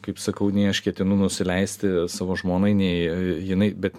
kaip sakau nei aš ketinu nusileisti savo žmonai nei jinai bet